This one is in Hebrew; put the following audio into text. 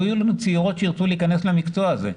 יהיו לנו צעירות שירצו להכנס למקצוע הזה.